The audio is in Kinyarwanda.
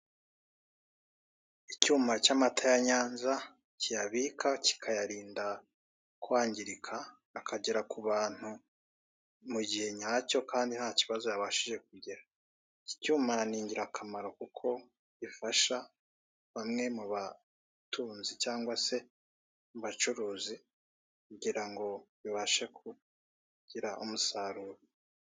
Icyuma cy'amata ya Nyanza kiyabika kiikayarinda kwangirika akagera ku bantu mu gihe nyacyo kandi ntakibazo yabashije kugira, iki cyuma ni ingirakamaro kuko gifasha bamwe mu batunzi cyangwa se mu bacuruzi kugira ngo bibashe kugira umusaruro.